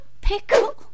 pickle